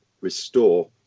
restore